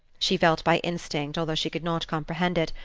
she felt by instinct, although she could not comprehend it,